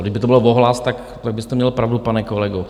Kdyby to bylo o hlas, tak byste měl pravdu, pane kolego.